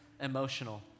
emotional